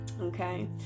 Okay